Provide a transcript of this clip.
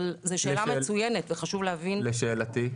זאת שאלה מצוינת וחשוב להבין --- ולשאלתי?